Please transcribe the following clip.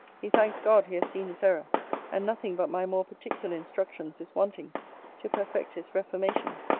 he thanks god he has seen his error and nothing but my more particular instructions is wanting to perfect his reformation.